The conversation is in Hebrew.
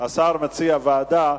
השר מציע ועדה,